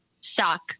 suck